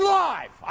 live